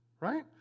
Right